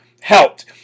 helped